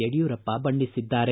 ಯಡಿಯೂರಪ್ಪ ಬಣ್ಣಿಸಿದ್ದಾರೆ